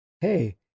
hey